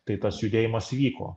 tai tas judėjimas vyko